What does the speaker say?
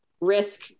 risk